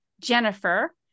Jennifer